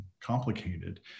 complicated